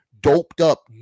doped-up